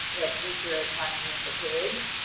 easter egg hunting with the kids,